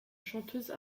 chanteuse